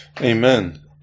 Amen